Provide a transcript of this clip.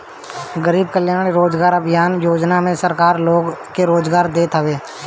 गरीब कल्याण रोजगार अभियान योजना में सरकार लोग के रोजगार देत हवे